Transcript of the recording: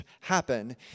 happen